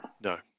No